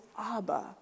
Abba